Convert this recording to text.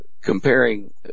comparing